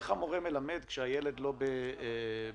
איך מורה מלמד כשהילד לא במסגרת?